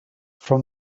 from